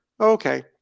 Okay